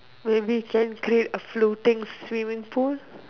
maybe we try and create a floating swimming pool